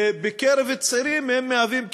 ובקרב צעירים הם מהווים כ-25%.